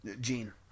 Gene